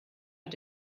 hat